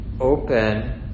open